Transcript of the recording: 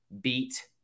beat –